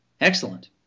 Excellent